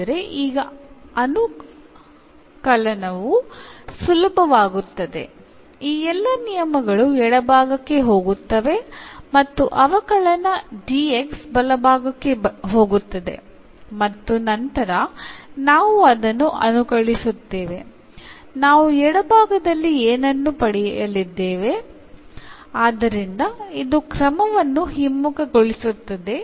അതിനായി യിൽ ഉള്ള ഈ പദങ്ങൾ എല്ലാം ഇടത് വശത്തേക്കും എന്ന് ഈ ഡിഫറൻഷ്യൽ വലതുവശത്തേക്കും എടുക്കും തുടർന്ന് നമ്മൾ ഇത് ഇൻറെഗ്രേറ്റ് ചെയ്യും